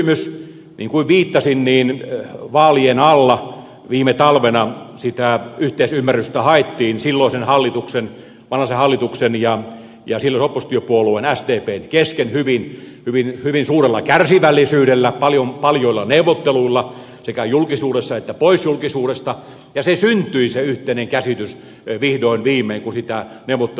niin kuin viittasin niin vaalien alla viime talvena sitä yhteisymmärrystä haettiin silloisen vanhasen hallituksen ja silloisen oppositiopuolueen sdpn kesken hyvin suurella kärsivällisyydellä paljoilla neuvotteluilla sekä julkisuudessa että pois julkisuudesta ja se yhteinen käsitys syntyi vihdoin viimein kun sitä neuvottelua käytiin